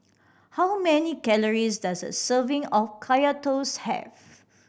how many calories does a serving of Kaya Toast have